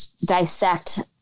dissect